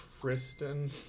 Tristan